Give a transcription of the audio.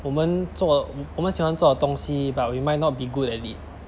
我们做我们喜欢的东西 but we might not be good at it